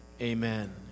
amen